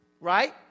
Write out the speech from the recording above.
right